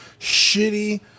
shitty